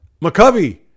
McCovey